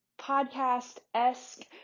podcast-esque